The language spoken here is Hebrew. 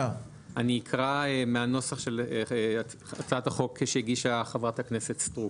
אני אקרא את הצעת החוק כפי שהגישה חברת הכנסת סטרוק: